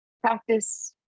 practice